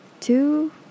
two